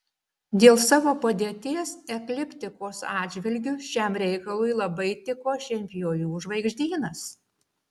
dėl savo padėties ekliptikos atžvilgiu šiam reikalui labai tiko šienpjovių žvaigždynas